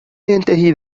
ينتهي